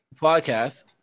podcast